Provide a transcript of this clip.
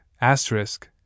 asterisk